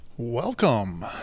Welcome